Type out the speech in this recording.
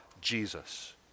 Jesus